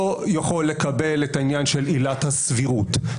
יכול לקבל את העניין של עילת הסבירות.